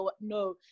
No